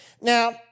Now